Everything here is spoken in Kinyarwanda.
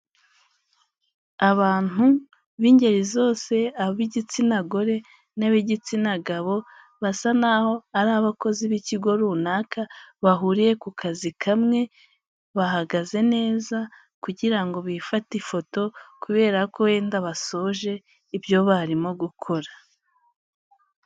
Abantu b'ingeri zose ab'igitsina gore n'ab'igitsina gabo basa naho ari abakozi b'ikigo runaka bahuriye ku kazi kamwe bahagaze neza kugira ngo bifate ifoto kubera ko wenda basoje ibyo barimo gukora.